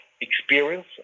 experience